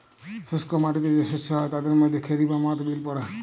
শুস্ক মাটিতে যে শস্য হ্যয় তাদের মধ্যে খেরি বা মথ বিল পড়ে